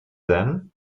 then